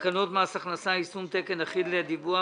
תקנות מס הכנסה (יישום תקן אחיד לדיווח